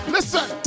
Listen